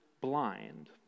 blind